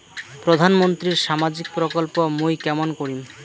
প্রধান মন্ত্রীর সামাজিক প্রকল্প মুই কেমন করিম?